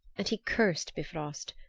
and he cursed bifrost,